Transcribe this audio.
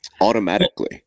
automatically